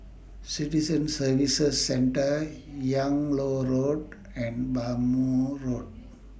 Citizen Services Centre Yung Loh Road and Bhamo Road